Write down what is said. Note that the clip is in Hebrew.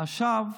עכשיו,